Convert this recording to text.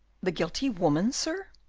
the guilty woman, sir?